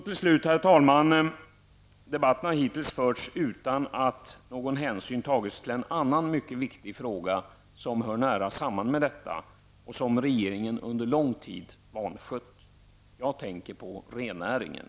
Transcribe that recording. Till sist, herr talman, vill jag säga att debatten hittills har förts utan att hänsyn har tagits till en annan mycket viktig fråga som hör nära samman med den vi har diskuterat. Jag tänker på rennäringen, en fråga som regeringen under lång tid har vanskött.